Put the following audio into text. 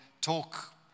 talk